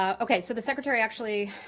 ah okay, so the secretary actually